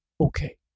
Okay